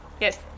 Yes